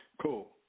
Cool